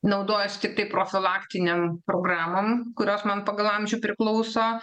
naudojuosi tiktai profilaktinėm programom kurios man pagal amžių priklauso